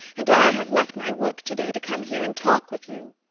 and i have left my work to-day to come here and talk with you.